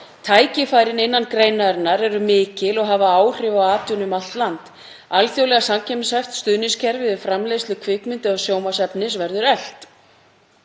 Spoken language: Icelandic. Tækifærin innan greinarinnar eru mikil og hafa áhrif á atvinnu um allt land. Alþjóðlega samkeppnishæft stuðningskerfi við framleiðslu kvikmynda- og sjónvarpsefnis verður eflt.